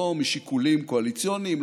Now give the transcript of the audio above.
ולא משיקולים קואליציוניים,